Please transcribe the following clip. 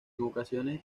ocasiones